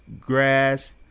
grass